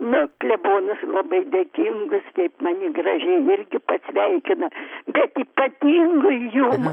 nu klebonas labai dėkingas teip mani gražiai irgi pasveikina bet ypatingai jum